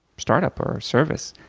startup or a service,